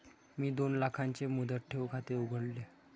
मी दोन लाखांचे मुदत ठेव खाते उघडले